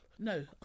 no